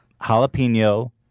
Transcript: jalapeno